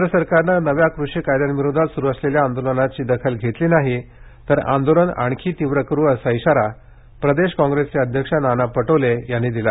केंद्र सरकारनं नव्या कृषी कायद्यांविरोधात सुरु असलेल्या आंदोलनाची दखल घेतली नाही तर आंदोलन आणखी तीव्र करू असा इशारा प्रदेश काँप्रेसचे अध्यक्ष नाना पटोले यांनी दिला